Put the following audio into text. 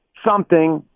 something,